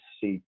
see